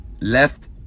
Left